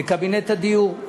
בקבינט הדיור,